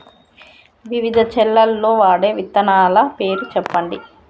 వివిధ చేలల్ల వాడే విత్తనాల పేర్లు చెప్పండి?